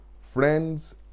friends